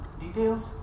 details